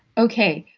okay.